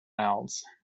else